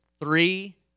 three